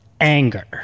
Anger